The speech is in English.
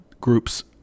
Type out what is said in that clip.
groups